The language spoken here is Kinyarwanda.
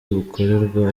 bukorerwa